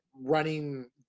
running